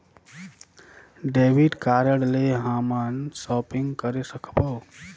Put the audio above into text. Debit card ले हमन shopping करे सकबो?